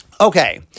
Okay